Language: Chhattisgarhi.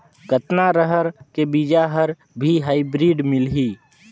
कतना रहर के बीजा हर भी हाईब्रिड मिलही?